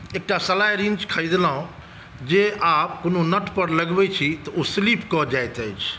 एकटा slide wrench खरीदलहुँ जे आब कोनो नटपर लगबैत छी तऽ ओ स्लिप कऽ जाइत अछि